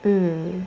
mm